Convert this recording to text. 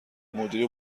مدیر